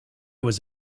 was